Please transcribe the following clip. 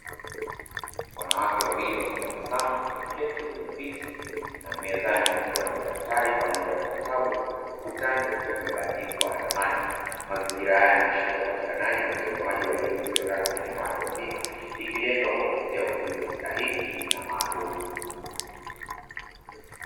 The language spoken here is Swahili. Wanawake wawili wakitabasamu wameketi kwenye viti na mezani wakiwa na madaftari pamoja na vitabu, na ukutani kukiwa kumebandikwa ramani. Mazingira haya yanaashiria upatikanaji na utolewaji wa elimu isiyo rasmi na ya watu wazima ikilenga kuwaongezea ujuzi stahiki na maalumu.